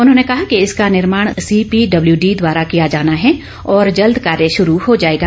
उन्होंने कहा कि इसका निर्माण सीपीडब्ल्यूडी द्वारा किया जाना है और जल्द कार्य शुरू हो जाएगा